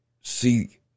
see